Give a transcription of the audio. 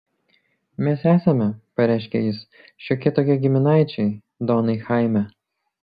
mes esame pareiškė jis šiokie tokie giminaičiai donai chaime